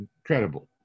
Incredible